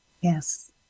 yes